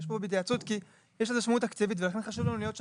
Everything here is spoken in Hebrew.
כתוב התייעצות כי יש לזה משמעות תקציבית ולכן חשוב לנו להיות שם.